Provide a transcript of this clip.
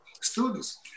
students